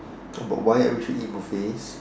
about why we should eat buffets